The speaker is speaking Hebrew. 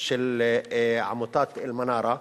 של עמותת "אלמנארה"